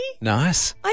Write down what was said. Nice